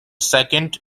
second